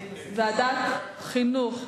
לוועדת החינוך.